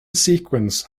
sequence